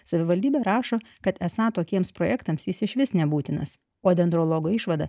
savivaldybė rašo kad esą tokiems projektams jis išvis nebūtinas o dendrologo išvadą